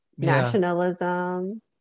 nationalism